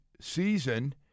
season